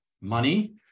money